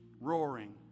roaring